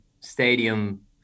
Stadium